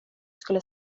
skulle